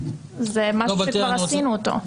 זה משהו שכבר עשינו אותו.